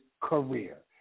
career